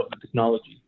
technology